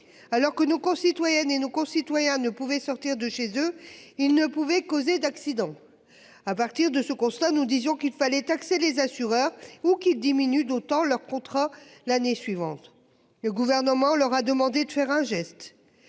Alors que nos concitoyennes et nos concitoyens ne pouvait sortir de chez eux, il ne pouvait causer d'accident. À partir de ce constat, nous disions qu'il fallait taxer les assureurs ou qui diminue d'autant leur contrat l'année suivante. Le gouvernement leur a demandé de faire un geste.